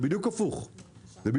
בדיוק הפוך.